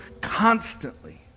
constantly